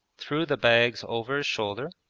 threw the bags over his shoulder,